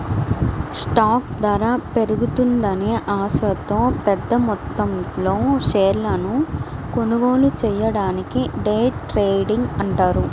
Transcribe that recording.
stock ధర పెరుగుతుందనే ఆశతో పెద్దమొత్తంలో షేర్లను కొనుగోలు చెయ్యడాన్ని డే ట్రేడింగ్ అంటారు